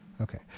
Okay